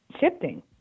shifting